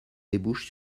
débouche